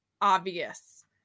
obvious